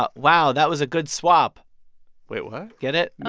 ah wow, that was a good swap wait, what? get it?